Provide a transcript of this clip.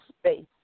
space